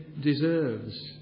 deserves